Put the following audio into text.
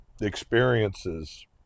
experiences